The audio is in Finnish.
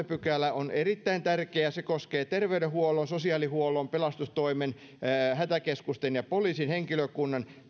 pykälä on erittäin tärkeä se koskee terveydenhuollon sosiaalihuollon pelastustoimen hätäkeskusten ja poliisin henkilökunnan